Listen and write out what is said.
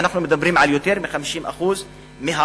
אנחנו מדברים על יותר מ-50% מהערבים,